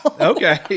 Okay